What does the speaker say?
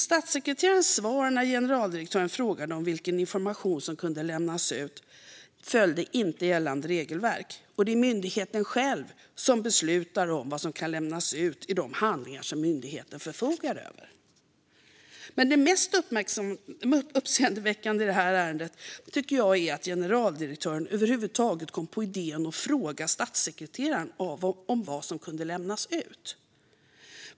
Statssekreterarens svar när generaldirektören frågade vilken information som kunde lämnas ut följde inte gällande regelverk. Det är myndigheten själv som beslutar om vad som kan lämnas ut i de handlingar som myndigheten förfogar över. Gransknings betänkandeInledning Det mest uppseendeväckande i det här ärendet tycker jag är att generaldirektören över huvud taget kom på idén att fråga statssekreteraren vad som kunde lämnas ut.